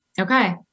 okay